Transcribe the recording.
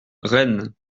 rennes